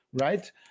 right